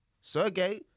Sergey